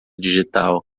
digital